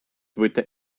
võtta